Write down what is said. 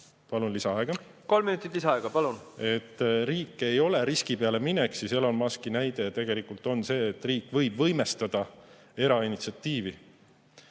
Palun lisaaega. Kolm minutit lisaaega, palun! Riik ei ole alati riski peale minek. Elon Muski näide tegelikult on see, et riik võib võimestada erainitsiatiivi. Ja